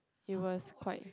it was quite